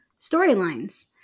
storylines